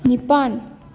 ꯅꯤꯄꯥꯟ